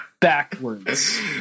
backwards